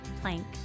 Plank